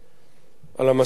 על המסורת הזאת